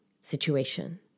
situation